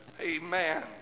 Amen